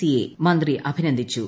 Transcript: C യെ മന്ത്രി അഭിനന്ദിച്ചു